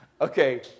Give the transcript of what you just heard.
Okay